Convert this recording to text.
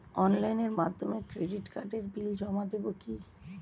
অনলাইনের মাধ্যমে ক্রেডিট কার্ডের বিল জমা দেবো কি?